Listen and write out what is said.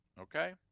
Okay